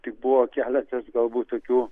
tik buvo keletas galbūt tokių